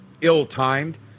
ill-timed